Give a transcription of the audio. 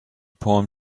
palm